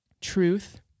truth